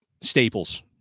staples